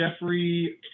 Jeffrey